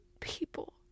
people